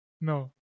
No